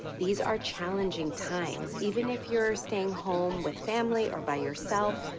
these are challenging times. even if you're staying home with family or by yourself,